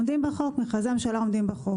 מכרזי הממשלה עומדים בחוק.